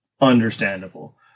Understandable